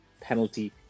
penalty